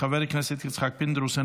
חבר הכנסת יצחק פינדרוס,